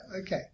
Okay